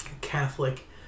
Catholic